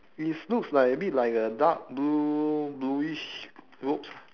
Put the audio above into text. is looks like a bit like a dark blue bluish ropes